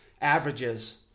averages